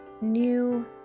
new